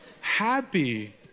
happy